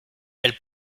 elle